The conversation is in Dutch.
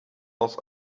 als